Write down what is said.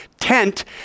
tent